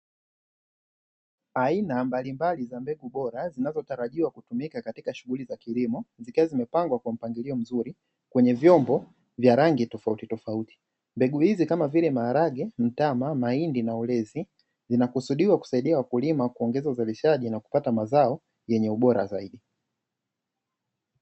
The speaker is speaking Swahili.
Aina mbalimbali za mbegu bora zinazotarajiwa kutumika katika shughuli za kilimo zikiwa zimepangwa kwa mpangilio mzuri kwenye vyombo vya rangi tofauti tofauti, mbegu hizi kama vile maharage, mtama, mahindi na ulezi zinakusudiwa kusaidia wakulima kuongeza uzalishaji na kupata mazao yenye ubora zaidi.